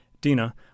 Dina